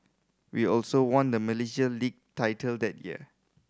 we also won the Malaysia Lee title that year